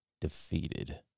defeated